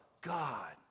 God